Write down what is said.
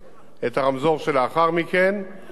לאחר מכן, בונים מחלף מאוד משמעותי